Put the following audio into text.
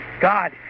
God